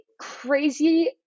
crazy